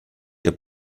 der